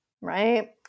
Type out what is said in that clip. right